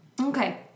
okay